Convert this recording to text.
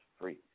free